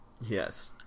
Yes